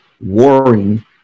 warring